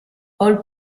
hall